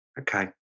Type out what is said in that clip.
okay